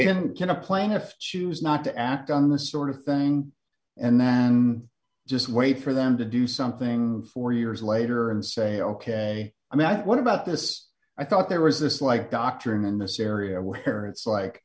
a plaintiff choose not to act on the sort of thing and than just wait for them to do something four years later and say ok i'm not what about this i thought there was this like doctrine in this area where it's like